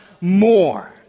more